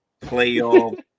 playoff